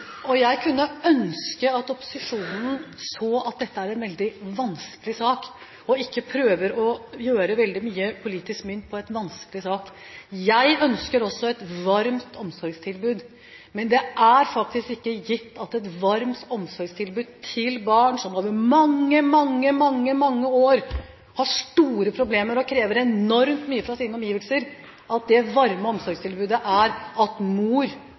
Jeg kunne ønske at opposisjonen så at dette er en veldig vanskelig sak, og ikke prøver å slå politisk mynt på en vanskelig sak. Jeg ønsker også et varmt omsorgstilbud. Men det er faktisk ikke gitt at et varmt omsorgstilbud til barn som over mange, mange år har store problemer og krever enormt mye fra sine omgivelser, er at mor eller far – men veldig ofte mor